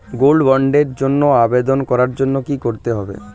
Gold বন্ডের জন্য আবেদন করার জন্য কি করতে হবে?